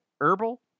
herbal